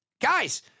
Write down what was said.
Guys